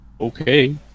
Okay